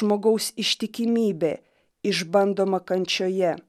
žmogaus ištikimybė išbandoma kančioje